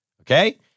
okay